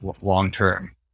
long-term